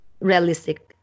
realistic